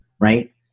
right